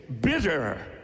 bitter